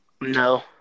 No